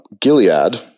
Gilead